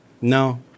No